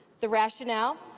the rationale